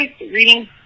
reading